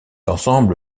ensemble